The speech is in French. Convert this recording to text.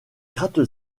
gratte